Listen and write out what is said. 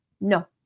no